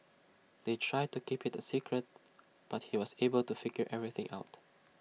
they tried to keep IT A secret but he was able to figure everything out